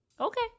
okay